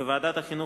בוועדת החינוך,